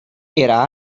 era